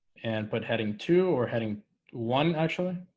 and put heading two or heading one actually